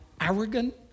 arrogant